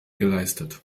geleistet